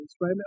right